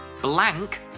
blank